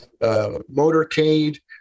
motorcade